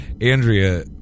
Andrea